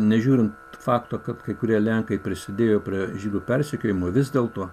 nežiūrint fakto kad kai kurie lenkai prisidėjo prie žydų persekiojimo vis dėlto